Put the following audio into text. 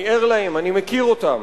אני ער להם, אני מכיר אותם.